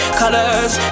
colors